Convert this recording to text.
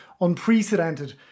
Unprecedented